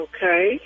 Okay